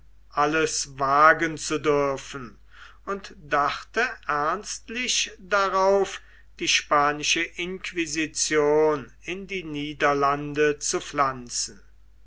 alles wagen zu dürfen und dachte ernstlich darauf die spanische inquisition in die niederlande zu pflanzen